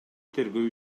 тергөө